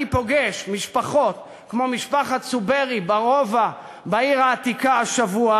אני פוגש משפחות כמו משפחת צוברי ברובע בעיר העתיקה השבוע,